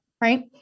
Right